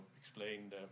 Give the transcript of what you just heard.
explain